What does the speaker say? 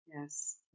Yes